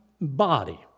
body